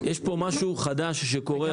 יש פה משהו חדש שקורה,